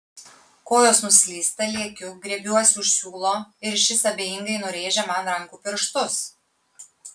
kojos nuslysta lekiu griebiuosi už siūlo ir šis abejingai nurėžia man rankų pirštus